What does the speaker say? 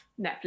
Netflix